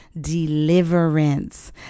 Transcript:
deliverance